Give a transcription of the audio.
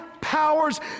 powers